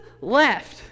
left